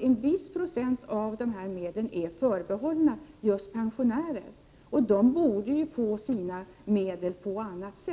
en viss procent av medlen är förbehållna just pensionärer, och de borde få sina medel på annat sätt.